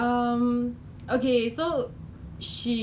就是他让我变得更健康 lor